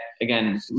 again